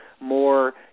more –